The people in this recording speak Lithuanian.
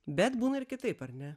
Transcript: bet būna ir kitaip ar ne